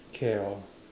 K_L